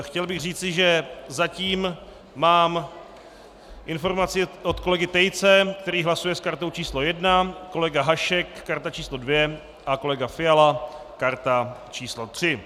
Chtěl bych říci, že zatím mám informaci od kolegy Tejce, který hlasuje s kartou číslo 1. Kolega Hašek karta číslo 2 a kolega Fiala karta číslo 3.